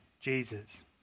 Jesus